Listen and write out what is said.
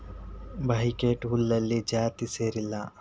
buckwheat ಹುಲ್ಲಿನ ಜಾತಿಗೆ ಸೇರಿಲ್ಲಾ